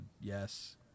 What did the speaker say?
yes